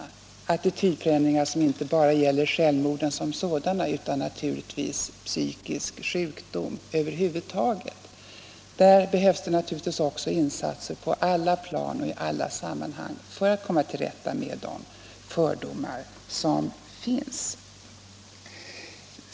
Jag menar de attitydförändringar som inte bara gäller självmorden som sådana utan naturligtvis psykisk sjukdom över huvud taget. Här behövs naturligtvis också insatser på alla plan och i alla sammanhang för att vi skall kunna komma till rätta med de fördomar som finns.